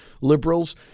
liberals